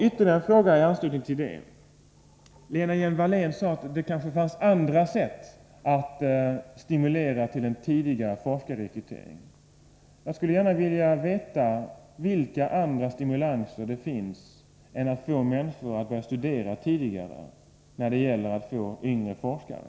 Ytterligare en fråga i anslutning till detta. Lena Hjelm-Wallén sade att det kanske finns andra sätt att stimulera till en tidig forskarerekrytering. Jag skulle gärna vilja veta vilka andra stimulanser som finns syftande till att få yngre forskare än att få människor att börja studera tidigare.